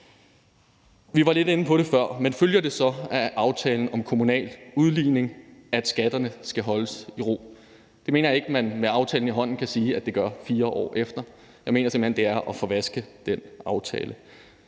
Vi var lidt inde på det før. Følger det af aftalen om kommunal udligning, at skatterne skal holdes i ro? Det mener jeg ikke man med aftalen i hånden 4 år efter kan sige at det gør. Jeg mener simpelt hen, at det er at forvanske den aftale.